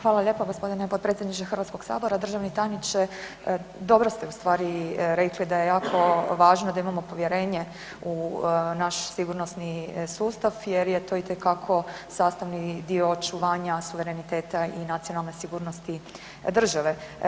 Hvala lijepo g. potpredsjedniče HS-a, državni tajniče, dobro ste ustvari rekli da je jako važno da imamo povjerenje u naš sigurnosni sustav jer je to itekako sastavni dio očuvanja suvereniteta i nacionalne sigurnosti države.